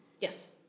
Yes